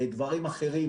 דברים אחרים,